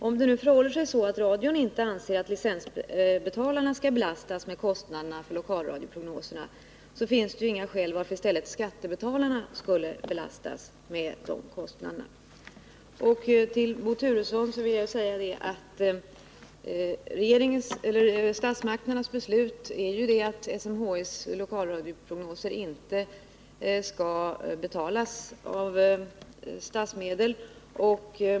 Om radion nu inte anser att licensbetalarna skall belastas med kostnaderna för lokalradioprognoserna, finns det ju inga skäl till att i stället skattebetalarna skall belastas med dessa kostnader. Till Bo Turesson vill jag säga att statsmakternas beslut ju innebär att SMHI:s lokalradioprognoser inte skall betalas med statsmedel.